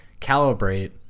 calibrate